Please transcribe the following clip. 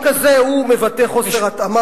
פעם שלישית תוציא אותי.